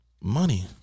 Money